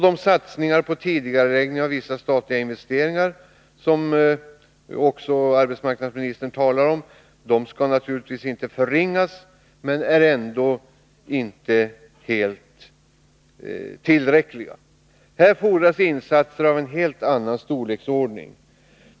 De satsningar på tidigareläggning av vissa statliga investeringar som arbetsmarknadsministern talar om skall naturligtvis inte förringas men är ändå inte helt tillräckliga. Här fordras insatser av en helt annan storleksordning.